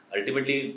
Ultimately